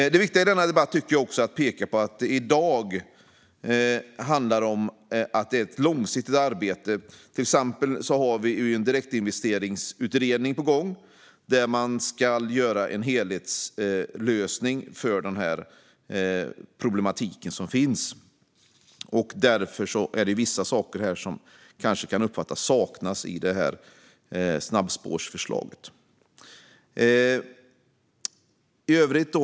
Detta är ett långsiktigt arbete. Det är viktigt att påpeka. Till exempel har vi en direktinvesteringsutredning på gång, där man ska göra en helhetslösning för den problematik som finns. Därför kan man kanske uppfatta att vissa saker saknas i det här snabbspårsförslaget.